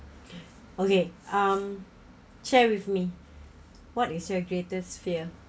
okay um share with me what is your greatest fear